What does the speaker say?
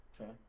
Okay